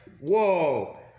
whoa